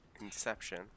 Inception